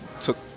took